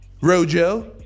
Rojo